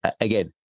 again